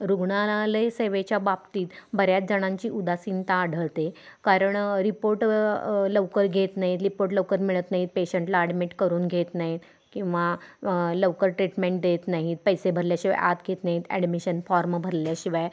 रुग्णालय सेवेच्या बाबतीत बऱ्याच जणांची उदासीनता आढळते कारण रिपोर्ट लवकर घेत नाहीत रिपोर्ट लवकर मिळत नाहीत पेशंटला ॲडमिट करून घेत नाही आहेत किंवा लवकर ट्रीटमेंट देत नाही आहेत पैसे भरल्याशिवाय आत घेत नाही आहेत ॲडमिशन फॉर्म भरल्याशिवाय